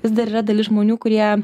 vis dar yra dalis žmonių kurie